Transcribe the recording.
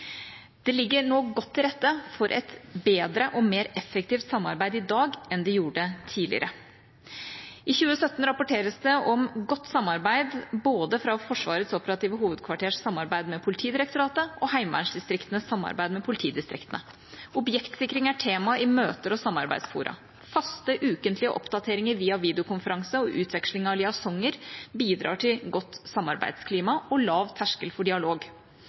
Det ligger nå godt til rette for et bedre og mer effektivt samarbeid i dag enn det gjorde tidligere. I 2017 rapporteres det om godt samarbeid fra både Forsvarets operative hovedkvarters samarbeid med Politidirektoratet og heimevernsdistriktenes samarbeid med politidistriktene. Objektsikring er tema i møter og samarbeidsfora. Faste ukentlige oppdateringer via videokonferanse og utveksling av liaisoner bidrar til godt samarbeidsklima og lav terskel for dialog.